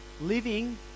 living